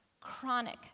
chronic